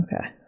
Okay